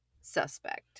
suspect